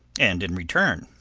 and in return,